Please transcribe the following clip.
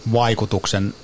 vaikutuksen